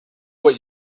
what